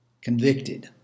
convicted